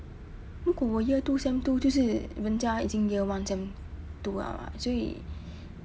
如果我 year two sem two 就是人家已经 year one sem two [one] [what] 所以